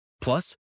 Plus